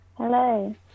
hello